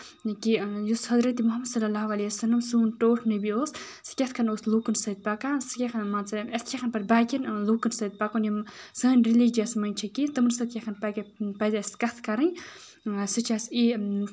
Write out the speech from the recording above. کہِ یُس حضرت محمدؐ سوٚن ٹھوٹھ نبی اوس سُہ کِتھ کٔنۍ اوس لُکن سۭتۍ پَکان سُہ کِتھ کٔنۍ مان ژٕ اَسہِ کِتھ کٔنۍ پَزِ باقٮ۪ن لُکن سۭتۍ پَکُن یِم سٲنۍ ریلِجنس منٛز چھِ کیٚنہہ تِمن سۭتۍ کِتھ کَن پَزِ اَسہِ کَتھ کَرٕنۍ سُہ چھُ اَسہِ یہِ